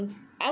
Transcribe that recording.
ya